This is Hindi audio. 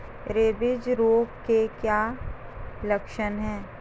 रेबीज रोग के क्या लक्षण है?